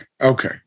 Okay